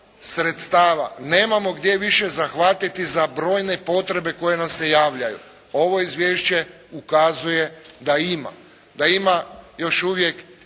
sredstava, nemamo gdje više zahvatiti za brojne potrebe koje nam se javljaju, ovo izvješće ukazuje da ima. Da ima još uvijek